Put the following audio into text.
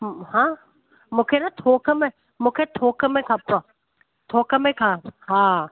हा मूंखे न थोक में मूंखे थोक में खप थोक में था हा